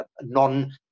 non